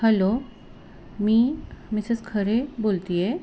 hello मी Mrs Khare बोलत आहे